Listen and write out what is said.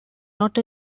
not